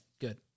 good